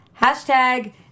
Hashtag